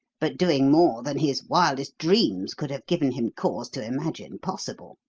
but doing more than his wildest dreams could have given him cause to imagine possible.